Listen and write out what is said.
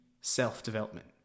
self-development